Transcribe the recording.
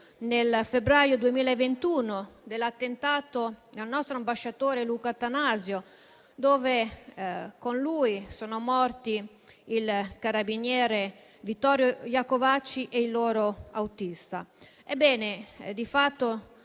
nel febbraio 2021 in occasione dell'attentato al nostro ambasciatore Luca Attanasio; con lui sono morti il carabiniere Vittorio Iacovacci e il loro autista. Ebbene, di fatto